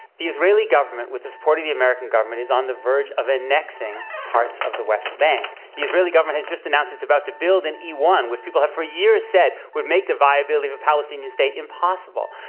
the israeli government, with the support of the american government, is on the verge of annexing parts of the west bank. the israeli government has just announced it's about to build an e one, which people have for years said would make the viability of a palestinian state impossible.